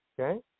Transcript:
Okay